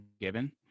given